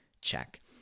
check